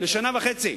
לשנה וחצי.